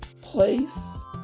place